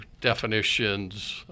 definitions